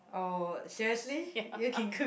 oh seriously you can cook